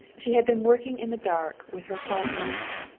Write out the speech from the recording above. she had been working in the dark, with her heart only.